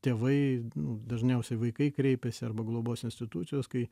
tėvai nu dažniausiai vaikai kreipiasi arba globos institucijos kai